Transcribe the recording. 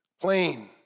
plain